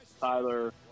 Tyler